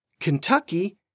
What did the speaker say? Kentucky